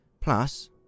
Plus